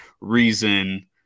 reason